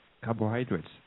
carbohydrates